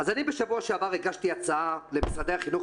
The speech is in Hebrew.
אז בשבוע שעבר הגשתי הצעה למשרדי החינוך